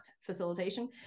facilitation